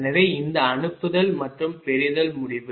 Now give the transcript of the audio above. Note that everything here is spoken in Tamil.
எனவே இந்த அனுப்புதல் மற்றும் பெறுதல் முடிவு